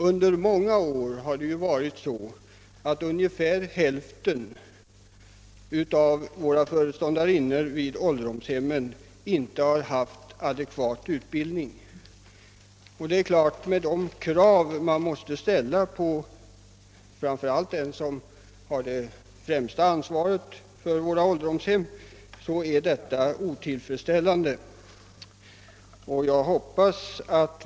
Under många år har det varit så att ungefär 50 procent av föreståndarinnorna vid ålderdomshemmen inte har haft adekvat utbildning. Med de krav som måste ställas på framför allt dem som har det främsta ansvaret för dessa hem är detta givetvis otillfredsställande.